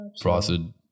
frosted